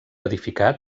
edificat